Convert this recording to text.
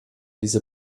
diese